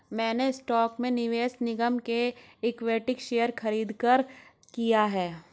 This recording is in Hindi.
मैंने स्टॉक में निवेश निगम के इक्विटी शेयर खरीदकर किया है